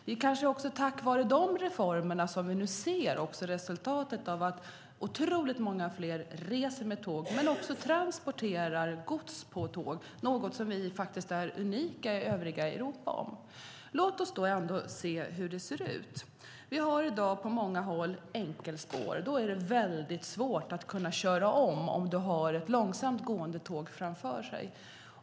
Det kanske är tack vare de reformerna som vi nu ser som resultat att otroligt många fler reser med tåg men också transporterar gods på tåg, något som är unikt för oss i Europa. Låt oss se hur det ser ut. Vi har i dag enkelspår på många håll, och det är svårt att köra om när man har ett långsamtgående tåg framför sig.